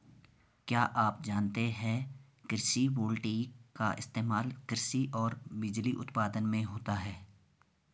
क्या आप जानते है कृषि वोल्टेइक का इस्तेमाल कृषि और बिजली उत्पादन में होता है?